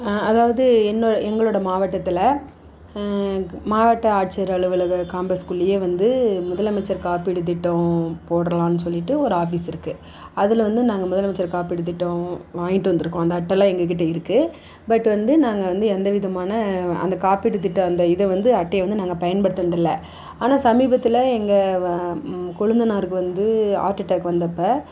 அதாவது என்னோ எங்களோட மாவட்டத்தில் மாவட்ட ஆட்சியர் அலுவலக காம்ப்ளஸ்க்குள்ளேயே வந்து முதலமைச்சர் காப்பீடு திட்டம் போடுறோன்னு சொல்லிட்டு ஒரு ஆபீஸ் இருக்குது அதில் வந்து நாங்கள் முதலமைச்சர் காப்பீடு திட்டம் வாங்கிகிட்டு வந்திருக்கோம் அந்த அட்டைலாம் எங்கள்கிட்ட இருக்குது பட் வந்து நாங்கள் வந்து எந்த விதமான அந்த காப்பீடு திட்டம் அந்த இதை வந்து அட்டையை வந்து பயன்படுத்துனதில்லை ஆனால் சமீபத்தில் எங்கள் கொழுந்தனாருக்கு வந்து ஹார்ட் அட்டாக் வந்தப்போ